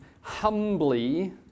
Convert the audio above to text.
humbly